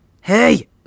Hey